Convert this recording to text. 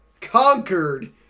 conquered